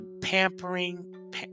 Pampering